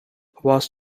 was